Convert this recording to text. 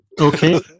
Okay